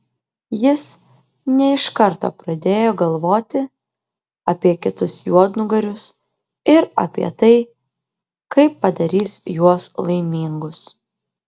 jis ne iš karto pradėjo galvoti apie kitus juodnugarius ir apie tai kaip padarys juos laimingus